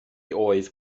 oedd